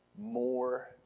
more